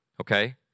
okay